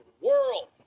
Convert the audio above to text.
world